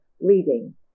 reading